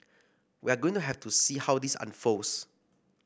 we're going to have to see how this unfolds